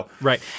Right